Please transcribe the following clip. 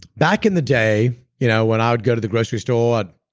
back in the day, you know when i would go to the grocery store,